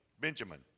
Benjamin